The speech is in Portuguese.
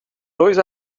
dois